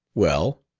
well,